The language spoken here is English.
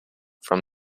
from